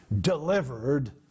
delivered